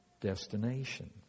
destination